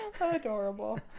Adorable